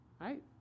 right